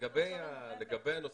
בחוק הזה,